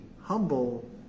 humble